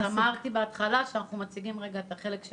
אמרתי בהתחלה שאנחנו מציגים את החלק של